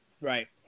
Right